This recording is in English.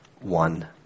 one